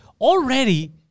already